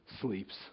sleeps